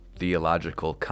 theological